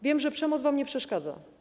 Wiem, że przemoc wam nie przeszkadza.